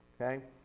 okay